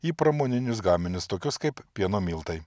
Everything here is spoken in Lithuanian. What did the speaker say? į pramoninius gaminius tokius kaip pieno miltai